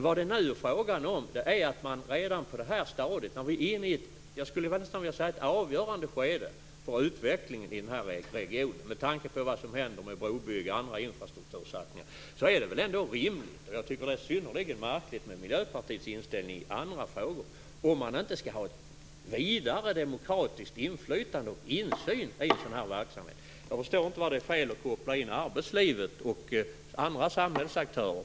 Vad det nu är fråga om är att man redan på detta stadium är inne i ett avgörande skede för utvecklingen i den här regionen med tanke på vad som händer med brobyggande och infrastruktursatsningar. Det är väl ändå rimligt att man skall ha ett vidare demokratiskt inflytande och insyn i den här verksamheten. Jag tycker att Miljöpartiets inställning är synnerligen märklig. Jag förstår inte att det är fel att koppla in arbetslivet och andra samhällsaktörer.